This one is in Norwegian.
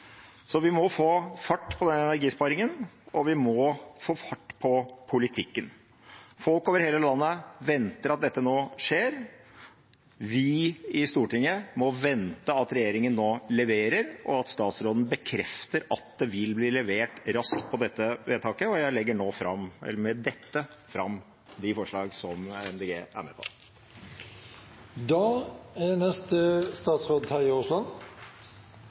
Så vi må få fart på energisparingen, og vi må få fart på politikken. Folk over hele landet venter at dette nå skjer. Vi i Stortinget må vente at regjeringen nå leverer, og at statsråden bekrefter at det vil bli levert raskt på dette vedtaket. Og med dette anbefaler jeg de forslagene Miljøpartiet De Grønne er med